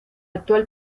actual